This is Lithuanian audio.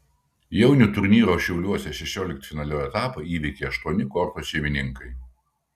jaunių turnyro šiauliuose šešioliktfinalio etapą įveikė aštuoni korto šeimininkai